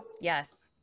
Yes